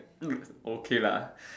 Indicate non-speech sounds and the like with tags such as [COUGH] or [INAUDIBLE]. [NOISE] okay lah